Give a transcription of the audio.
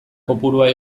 kopurua